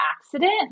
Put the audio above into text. accident